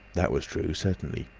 that was true, certainly.